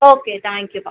okay தேங்க்யூப்பா